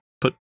put